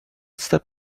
step